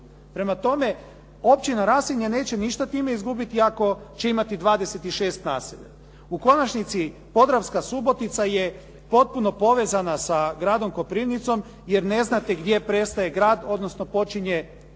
Prema tome, općina Rasinja neće ništa time izgubiti ako će imati 26 naselja. U konačnici Podravska subotica je potpuno povezana sa gradom Koprivnicom jer ne znate gdje prestaje grad odnosno počinje